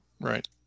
Right